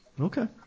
okay